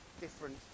different